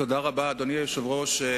תודה רבה, אדוני היושב-ראש.